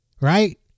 Right